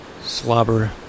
slobber